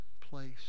place